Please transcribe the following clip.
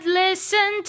listen